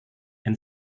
and